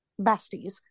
besties